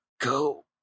go